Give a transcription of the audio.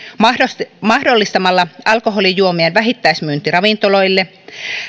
mahdollistamalla mahdollistamalla alkoholijuomien vähittäismyynti ravintoloille